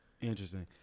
interesting